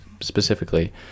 specifically